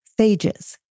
phages